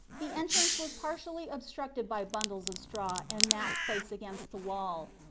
the entrance was partially obstructed by bundles of straw and mats placed against the walls.